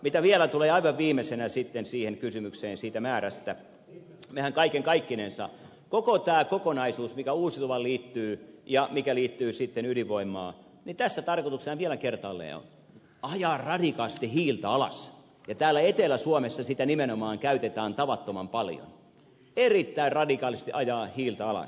mitä vielä tulee aivan viimeisenä sitten siihen kysymykseen siitä määrästä meillähän kaiken kaikkinensa koko tässä kokonaisuudessa mikä uusiutuvaan liittyy ja mikä liittyy sitten ydinvoimaan tarkoituksena vielä kertaalleen on ajaa radikaalisti hiiltä alas täällä etelä suomessa sitä nimenomaan käytetään tavattoman paljon erittäin radikaalisti ajaa hiiltä alas